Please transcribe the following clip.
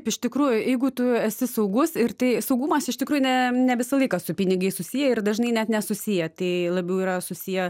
iš tikrųjų jeigu tu esi saugus ir tai saugumas iš tikrųjų ne ne visą laiką su pinigais susiję ir dažnai net nesusiję tai labiau yra susiję